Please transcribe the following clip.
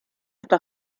está